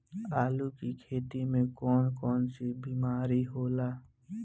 आलू की खेती में कौन कौन सी बीमारी होला?